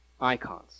Icons